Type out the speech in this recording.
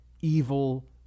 evil